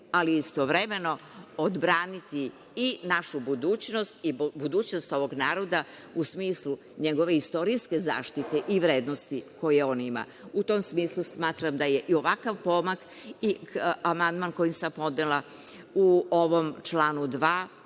ali istovremeno odbraniti i našu budućnost i budućnost ovog naroda, u smislu njegove istorijske zaštite i vrednosti koje on ima.U tom smislu smatram da je i ovakav pomak i amandman koji sam podnela u ovom članu 2.